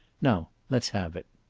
now let's have it.